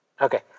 Okay